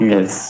Yes